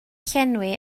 llenwi